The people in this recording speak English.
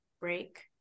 break